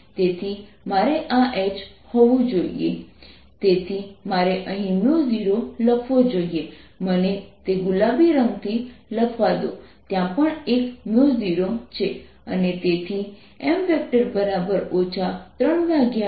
તેથી આપણે જોઈ શકીએ છીએ અમે ગોસના નિયમનો ઉપયોગ કરીશું જે E